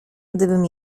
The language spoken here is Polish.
gdybym